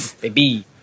baby